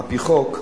על-פי חוק,